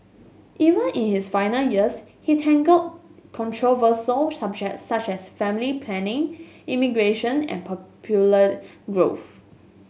even in his final years he tackled controversial subjects such as family planning immigration and popular growth